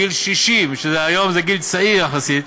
גיל 60, שהיום הוא גיל צעיר יחסית.